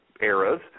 eras